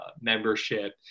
membership